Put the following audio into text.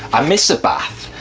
i miss a bath.